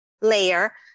layer